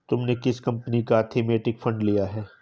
तुमने किस कंपनी का थीमेटिक फंड लिया है?